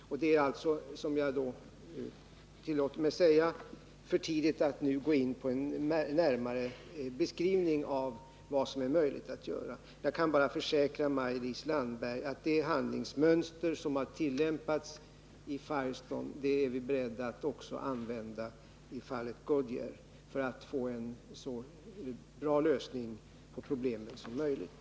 Det är mot den bakgrunden som jag har tillåtit mig att säga att det är för tidigt att nu gå in på en närmare beskrivning av vad som är möjligt att göra. Jag kan bara försäkra Maj-Lis Landberg att vi är beredda att tillämpa det handlingsmönster som har följts i fallet Firestone också i fallet Goodyear, för att få en så bra lösning på problemet som möjligt.